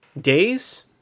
Days